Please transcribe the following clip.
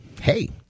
hey